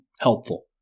helpful